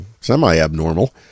semi-abnormal